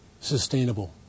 sustainable